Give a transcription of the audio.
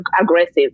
aggressive